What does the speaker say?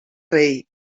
rei